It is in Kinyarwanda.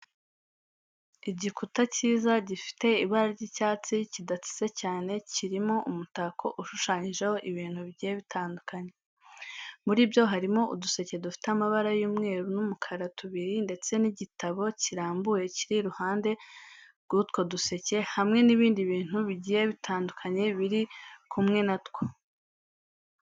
Igikuta cyiza gifite ibara ry'icyatsi kidatsitse cyane, kirimo umutako ushushanyijeho ibintu bigiye bitandukanye. Muri byo harimo uduseke dufite amabara y'umweru n'umukara tubiri ndetse n'igitabo kirambuye kiri iruhande rw'utwo duseke, hamwe n'ibindi bintu bigiye bitandukanye biri kumwe na two.